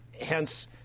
Hence